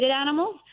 animals